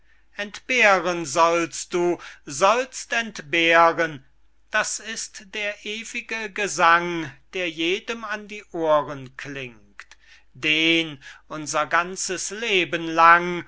entbehren sollst du sollst entbehren das ist der ewige gesang der jedem an die ohren klingt den unser ganzes leben lang